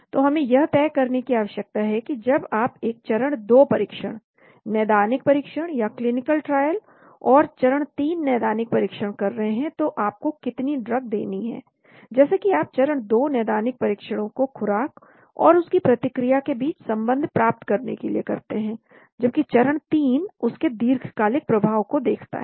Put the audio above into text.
तो हमें यह तय करने की आवश्यकता है कि जब आप एक चरण 2 परीक्षण नैदानिक परीक्षण या क्लिनिकल ट्रायल और चरण 3 नैदानिक परीक्षण कर रहे हैं तो आपको कितनी ड्रग देनी है जैसे कि आप चरण 2 नैदानिक परीक्षणों को खुराक और उसकी प्रतिक्रिया के बीच संबंध प्राप्त करने के लिए करते हैं जबकि चरण 3 उस के दीर्घकालिक प्रभाव को देखता है